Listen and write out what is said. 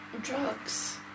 drugs